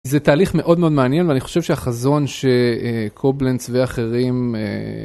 זה תהליך מאוד מאוד מעניין ואני חושב שהחזון שקובלנדס ואחרים.